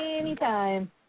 anytime